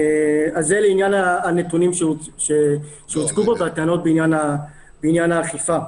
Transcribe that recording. זה לעניין הנתונים שהוצגו פה והטענות בעניין האכיפה.